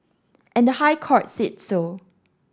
and the High Court said so